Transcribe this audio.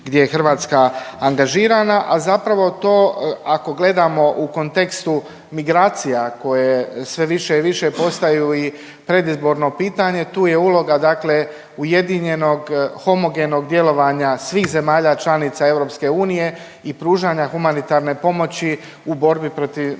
gdje je Hrvatska angažirana, a zapravo to ako gledamo u kontekstu migracija koje sve više i više postaju i predizborno pitanje, tu je uloga dakle ujedinjenog homogenog djelovanja svih zemalja članica Europske unije i pružanja humanitarne pomoći u borbi protiv